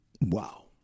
Wow